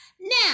Now